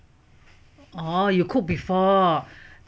oh you cook before